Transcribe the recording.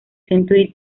century